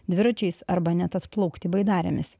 dviračiais arba net atplaukti baidarėmis